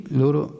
loro